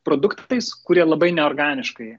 produktais kurie labai neorganiškai